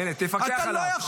הינה, תפקח עליו.